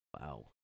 Wow